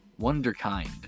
wonderkind